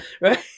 right